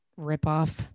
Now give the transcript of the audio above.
ripoff